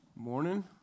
Morning